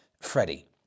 Freddie